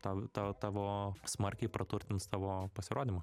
tau tą tavo smarkiai praturtins savo pasirodymą